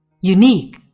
Unique